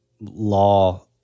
law